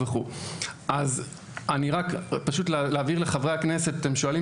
אני רק רוצה להבהיר לחברי הכנסת: אתם שואלים